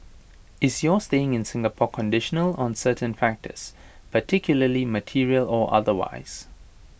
is your staying in Singapore conditional on certain factors particularly material or otherwise